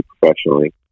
professionally